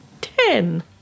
ten